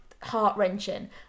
heart-wrenching